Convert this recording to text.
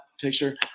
picture